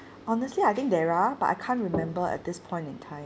honestly I think there are but I can't remember at this point in time